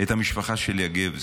את המשפחה של יגב,